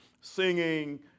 singing